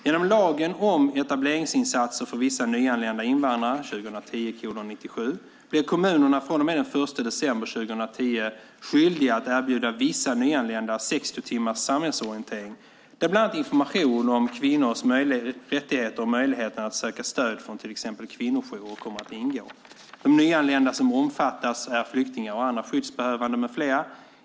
Genom lagen om etableringsinsatser för vissa nyanlända invandrare blir kommunerna från den 1 december 2010 skyldiga att erbjuda vissa nyanlända 60 timmars samhällsorientering där bland annat information om kvinnors rättigheter och möjligheten att söka stöd från till exempel kvinnojourer kommer att ingå. De nyanlända som omfattas är flyktingar och andra skyddsbehövande med flera.